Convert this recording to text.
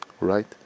right